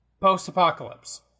Post-apocalypse